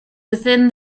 within